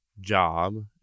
job